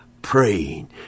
praying